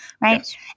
right